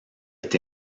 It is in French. est